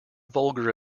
vulgar